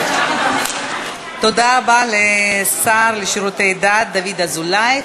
תודה רבה לשר לשירותי דת דוד אזולאי.